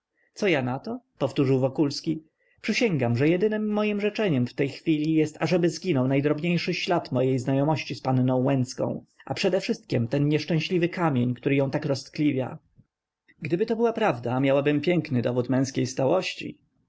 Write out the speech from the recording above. co ja nato powtórzył wokulski przysięgam że jedynem mojem życzeniem w tej chwili jest ażeby zaginął najdrobniejszy ślad mojej znajomości z panną łęcką a przede wszystkiem ten nieszczęśliwy kamień który ją tak roztkliwia gdyby to była prawda miałabym piękny dowód męskiej stałości